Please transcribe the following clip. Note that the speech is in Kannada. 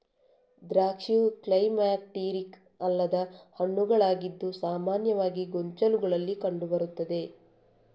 ದ್ರಾಕ್ಷಿಯು ಕ್ಲೈಮ್ಯಾಕ್ಟೀರಿಕ್ ಅಲ್ಲದ ಹಣ್ಣುಗಳಾಗಿದ್ದು ಸಾಮಾನ್ಯವಾಗಿ ಗೊಂಚಲುಗಳಲ್ಲಿ ಕಂಡು ಬರುತ್ತದೆ